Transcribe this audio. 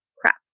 crap